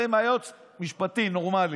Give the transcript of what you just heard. הרי אם היה יועץ משפטי נורמלי,